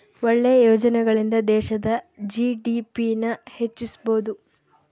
ಒಳ್ಳೆ ಯೋಜನೆಗಳಿಂದ ದೇಶದ ಜಿ.ಡಿ.ಪಿ ನ ಹೆಚ್ಚಿಸ್ಬೋದು